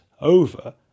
over